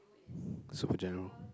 super general